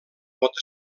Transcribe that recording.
pot